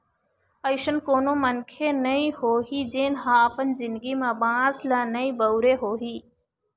अइसन कोनो मनखे नइ होही जेन ह अपन जिनगी म बांस ल नइ बउरे होही